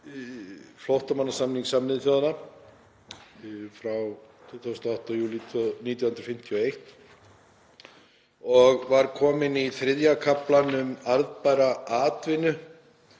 flóttamannasamnings Sameinuðu þjóðanna frá 28. júlí 1951 og var kominn í III. kafla um arðbæra atvinnu.